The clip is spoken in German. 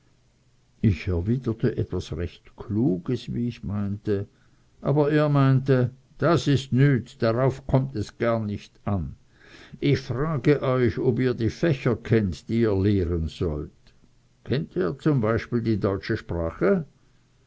ich erwiderte etwas recht kluges wie ich meinte aber er meinte das ist nüt darauf kommt es gar nicht an ich frage euch ob ihr die fächer kennet die ihr lehren sollt kennt ihr z b die deutsche sprache